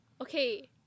Okay